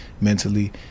mentally